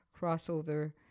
Crossover